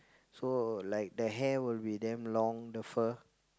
so like the hair will be damn long the fur